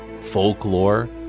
folklore